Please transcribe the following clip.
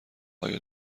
آیا